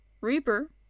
Reaper